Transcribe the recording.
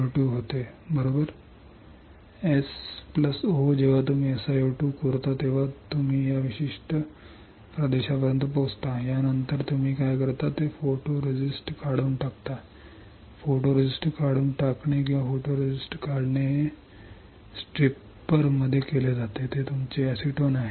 SO जेव्हा तुम्ही SiO2 खोदता तेव्हा तुम्ही या विशिष्ट प्रदेशापर्यंत पोहचता यानंतर तुम्ही काय करता ते फोटोरेस्ट काढून टाकता फोटोरेस्टिस्ट काढून टाकणे किंवा फोटोरेस्टिस्ट काढणे हे फोटोरिस्टिस्ट स्ट्रिपरमध्ये केले जाते जे तुमचे एसीटोन आहे